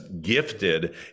gifted